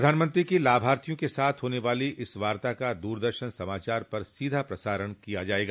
प्रधानमंत्री की लाभार्थियों के साथ होने वाली इस वार्ता का दूरदर्शन समाचार पर सीधा प्रसारण किया जाएगा